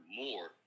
more